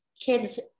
Kids